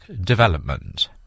development